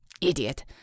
Idiot